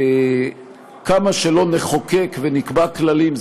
כמה שלא נחוקק ונקבע כללים,